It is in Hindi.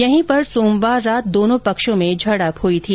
यहीं पर सोमवार रात दोनों पक्षों में झडप हुई थी